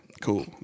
Cool